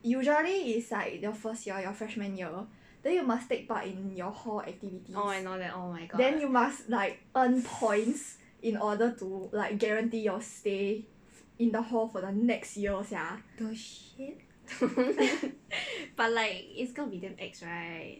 usually is like the first year your freshman year then you must take part in your hall activities then you must like earn points in order to like guarantee your stay in the hall for the next year sia